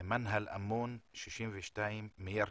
מנהל אמון, בן 62 מירכא,